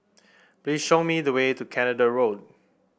please show me the way to Canada Road